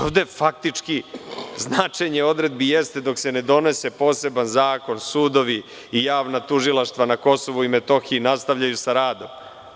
Ovde faktički značenje odredbi jeste dok se ne donese poseban zakon, sudovi i javna tužilaštva na Kosovu i Metohiji, nastavljaju sa radom.